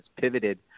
pivoted